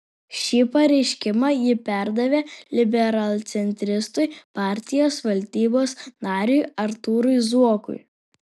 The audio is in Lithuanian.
šį pareiškimą ji perdavė liberalcentristui partijos valdybos nariui artūrui zuokui